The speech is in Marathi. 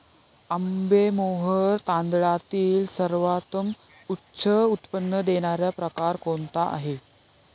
आंबेमोहोर तांदळातील सर्वोत्तम उच्च उत्पन्न देणारा प्रकार कोणता आहे?